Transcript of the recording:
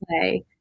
play